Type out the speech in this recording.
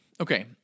Okay